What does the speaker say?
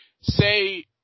say